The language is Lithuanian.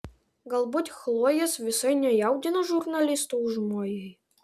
galbūt chlojės visai nejaudino žurnalisto užmojai